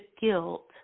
guilt